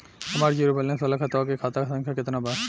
हमार zero balance वाला खतवा के खाता संख्या केतना बा?